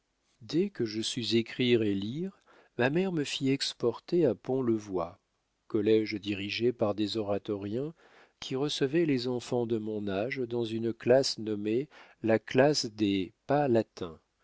dès que je sus écrire et lire ma mère me fit exporter à pont le voy collége dirigé par des oratoriens qui recevaient les enfants de mon âge dans une classe nommée la classe des pas